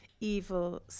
evil